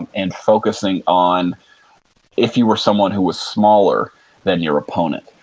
and and focusing on if you were someone who was smaller than your opponent.